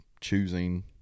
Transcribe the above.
choosing